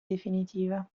definitiva